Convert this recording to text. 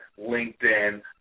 LinkedIn